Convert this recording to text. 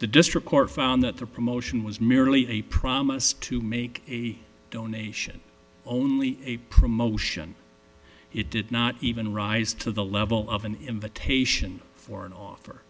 the district court found that the promotion was merely a promise to make a donation only a promotion it did not even rise to the level of an invitation for an offer